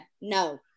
No